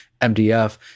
MDF